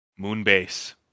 Moonbase